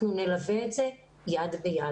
אנחנו נלווה את זה יד ביד.